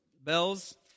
bells